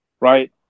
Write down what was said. right